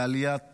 עלייה,